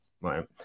right